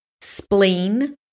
spleen